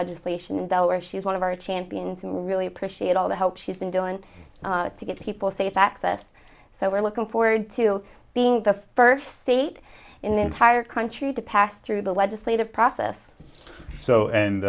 legislation where she is one of our champion to really appreciate all the help she's been doing to give people safe access so we're looking forward to being the first state in the entire country to pass through the legislative process so and